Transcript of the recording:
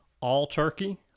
all-turkey